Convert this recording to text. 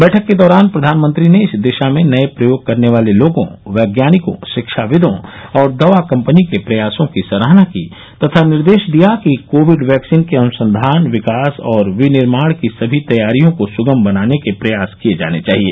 बैठक के दौरान प्रधानमंत्री ने इस दिशा में नए प्रयोग करने वाले लोगों वैज्ञानिकों शिक्षाविदों और दवा कंपनी के प्रयासों की सराहना की तथा निर्देश दिया कि कोविड वैक्सीन के अनुसंधान विकास और विनिर्माण की समी तैयारियों को सुगम बनाने के प्रयास किए जाने चाहिए